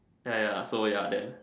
ya ya so ya then